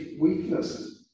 weakness